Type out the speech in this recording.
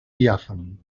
diàfan